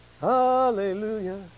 hallelujah